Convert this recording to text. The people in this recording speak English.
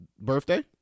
birthday